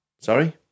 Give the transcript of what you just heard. Sorry